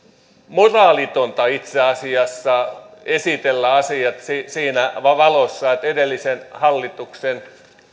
moraalitonta itse asiassa esitellä asiat siinä valossa että edellisen hallituksen